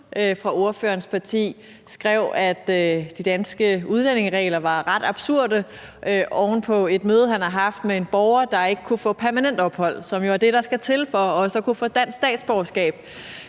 fra ordførerens parti skrev, at de danske udlændingeregler var ret absurde, og det var oven på et møde, han har haft med en borger, der ikke kunne få permanent ophold, som jo er det, der skal til for at kunne få dansk statsborgerskab.